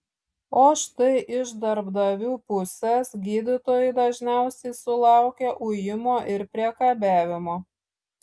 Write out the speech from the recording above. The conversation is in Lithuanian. o štai iš darbdavių pusės gydytojai dažniausiai sulaukia ujimo ir priekabiavimo